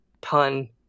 pun